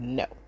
no